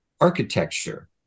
Architecture